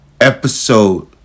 Episode